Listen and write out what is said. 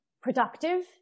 productive